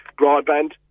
Broadband